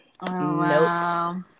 wow